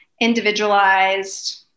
individualized